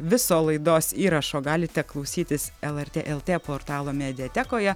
viso laidos įrašo galite klausytis lrt lt portalo mediatekoje